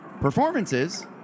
Performances